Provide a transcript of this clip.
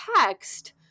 text